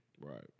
Right